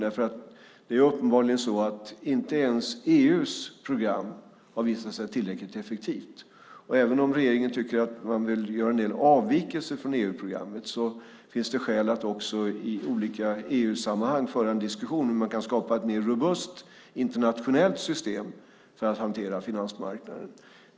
Det är uppenbarligen så att inte ens EU:s program har visat sig tillräckligt effektivt. Även om regeringen tycker att man vill göra en del avvikelser från EU-programmet finns det skäl att också i olika EU-sammanhang föra en diskussion om hur man kan skapa ett mer robust internationellt system för att hantera finansmarknaden.